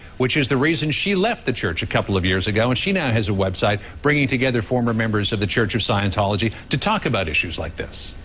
which is the reason she left the church a couple of years ago and she now website bringing together former members of the church of scientology to talk about issues like this.